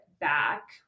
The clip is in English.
back